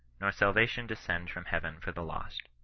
nor salvation de scend from heaven for the lost.